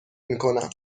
میکنم